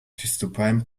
приступаем